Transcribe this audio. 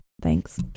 Thanks